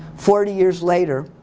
forty years later.